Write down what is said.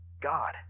God